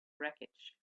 wreckage